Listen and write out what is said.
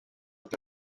uko